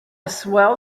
swell